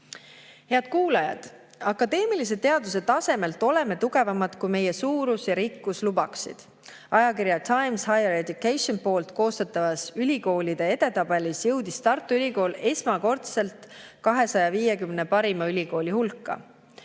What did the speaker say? Head kuulajad! Akadeemilise teaduse tasemelt oleme tugevamad, kui meie suurus ja rikkus lubaksid. Ajakirja Times Higher Education koostatavas ülikoolide edetabelis jõudis Tartu Ülikool esmakordselt 250 parima ülikooli hulka.